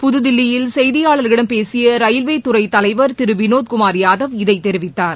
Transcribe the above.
புத்தில்லியில் செய்தியாளர்களிடம் பேசிய ரயில்வே துறை தலைவர் திரு வினோத் குமார் யாதவ் இதை தெரிவித்தார்